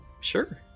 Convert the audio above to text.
Sure